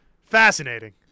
fascinating